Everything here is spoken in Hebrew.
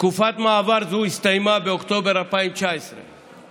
תקופת מעבר זו הסתיימה באוקטובר 2019,